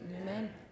Amen